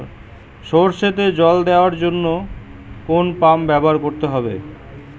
সরষেতে জল দেওয়ার জন্য কোন পাম্প ব্যবহার করতে হবে?